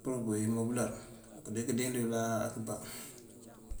fok këënţú immobëlër unk dí këëndiŋuyël áayi bá